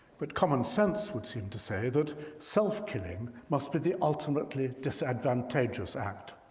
but common sense would seem to say that self killing must be the ultimately disadvantageous act,